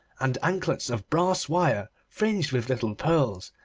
and anklets of brass wire fringed with little pearls,